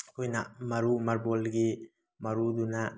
ꯑꯩꯈꯣꯏꯅ ꯃꯔꯨ ꯃꯥꯔꯕꯣꯟꯒꯤ ꯃꯔꯨꯗꯨꯅ